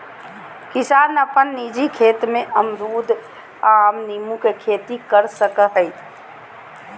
किसान अपन निजी खेत में अमरूद, आम, नींबू के खेती कर सकय हइ